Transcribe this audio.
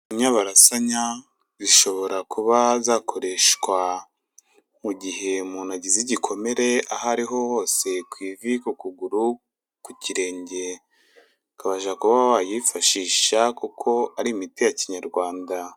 Inyabarasanya zishobora kuba zakoreshwa mu gihe umuntu agize igikomere aho ariho hose ku ivu ku kuguru ku kirenge, ukabasha kuba wayifashisha kuko ari imiti ya Kinyarwanda.